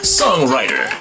songwriter